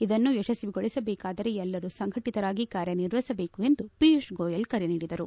ಇದನ್ನು ಯಶಸ್ವಿಗೊಳಿಸಬೇಕಾದರೆ ಎಲ್ಲರೂ ಸಂಘಟಿತರಾಗಿ ಕಾರ್ಯ ನಿರ್ವಹಿಸಬೇಕು ಎಂದು ಪಿಯೂಷ್ ಗೋಯಲ್ ಕರೆನೀಡಿದರು